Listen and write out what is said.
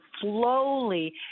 slowly